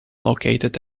located